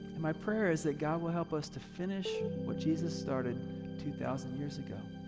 and my prayer is that god will help us to finish what jesus started two thousand years ago.